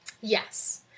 Yes